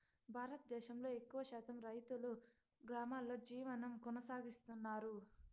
భారతదేశంలో ఎక్కువ శాతం రైతులు గ్రామాలలో జీవనం కొనసాగిస్తన్నారు